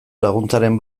laguntzaren